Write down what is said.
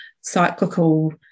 cyclical